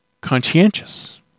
conscientious